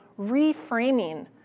reframing